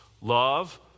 love